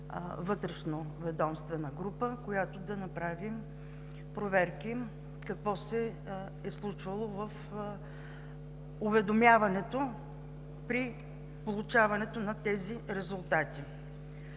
вътрешноведомствена група, която да направи проверки какво се е случвало в уведомяването при получаването на тези резултати.